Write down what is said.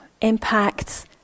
Impacts